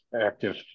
active